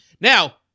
Now